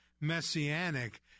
messianic